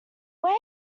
wait